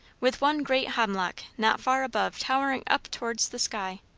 with one great hemlock not far above towering up towards the sky.